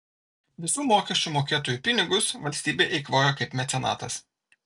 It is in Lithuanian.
visų mokesčių mokėtojų pinigus valstybė eikvojo kaip mecenatas